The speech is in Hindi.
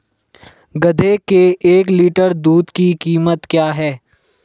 गधे के एक लीटर दूध की कीमत क्या है?